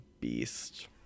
beast